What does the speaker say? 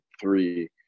three